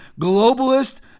globalist